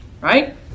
right